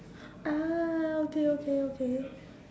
ah okay okay okay